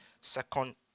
Second